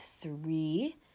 three